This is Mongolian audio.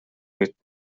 мэт